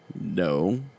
No